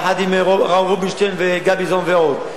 יחד עם אמנון רובינשטיין וגביזון ועוד.